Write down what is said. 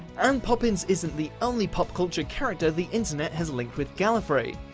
um poppins isn't the only pop culture character the internet has linked with gallifrey.